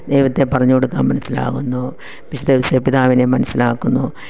ദൈവത്തെ പറഞ്ഞുകൊടുക്കാൻ മനസ്സിലാവുന്നു വിശുദ്ധ ഔസേപ്പ് പിതാവിനെ മനസ്സിലാക്കുന്നു